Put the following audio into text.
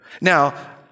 Now